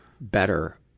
better